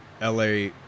LA